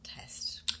test